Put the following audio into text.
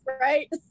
right